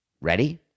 ready